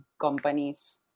companies